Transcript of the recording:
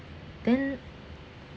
then